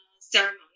ceremony